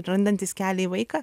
randantys kelią į vaiką